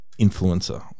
influencer